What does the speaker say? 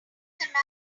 samantha